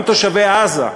גם תושבי עזה,